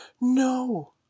No